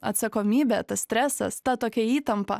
atsakomybė tas stresas ta tokia įtampa